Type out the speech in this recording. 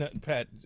Pat